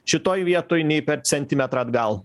šitoj vietoj nei per centimetrą atgal